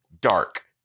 Dark